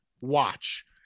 watch